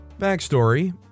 Backstory